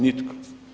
Nitko.